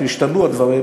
כשהשתנו הדברים,